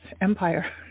Empire